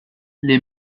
les